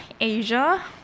Asia